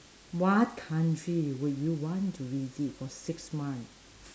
what country would you want to visit for six month